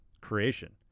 creation